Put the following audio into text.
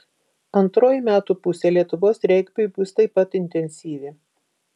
antroji metų pusė lietuvos regbiui bus taip pat intensyvi